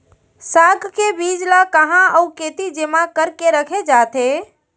साग के बीज ला कहाँ अऊ केती जेमा करके रखे जाथे?